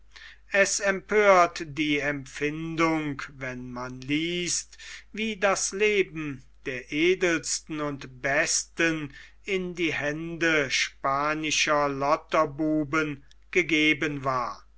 es empört die empfindung wenn man liest wie das leben der edelsten und besten in die hände spanischer lotterbuben gegeben war